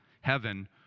heaven